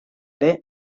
ere